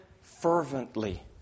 fervently